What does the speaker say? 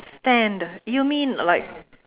stand you mean like